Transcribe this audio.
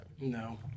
No